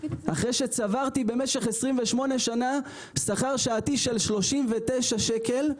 אחרי שצברתי במשך 28 שנים שכר שעתי של 39 שקלים,